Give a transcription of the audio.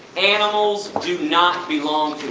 animals do not belong